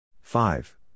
Five